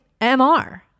MR